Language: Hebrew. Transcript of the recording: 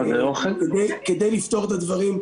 כדי לפתור את הדברים,